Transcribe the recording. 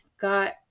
got